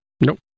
Nope